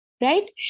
right